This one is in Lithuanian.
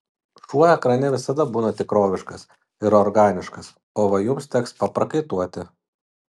šuo ekrane visada būna tikroviškas ir organiškas o va jums teks paprakaituoti